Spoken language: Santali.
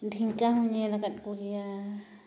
ᱰᱷᱮᱝᱠᱟ ᱦᱚᱸᱧ ᱧᱮᱞ ᱟᱠᱟᱫ ᱠᱚᱜᱮᱭᱟ